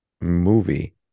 movie